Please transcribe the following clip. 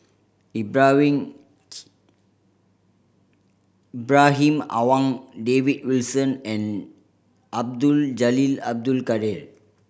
Ibrahim Ibrahim Awang David Wilson and Abdul Jalil Abdul Kadir